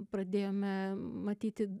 pradėjome matyti